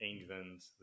England